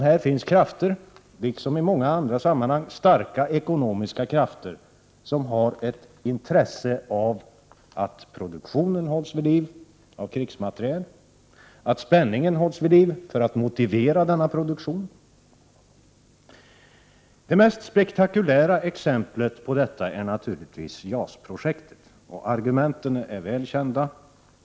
Här finns, liksom i många andra sammanhang, starka ekonomiska krafter som har intresse av att produktionen av krigsmateriel hålls vid liv och likaså spänningen som krävs för att motivera denna produktion. Det mest spektakulära exemplet på detta är naturligtvis JAS-projektet. Argumenten är väl kända.